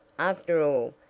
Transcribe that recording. after all,